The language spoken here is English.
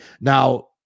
now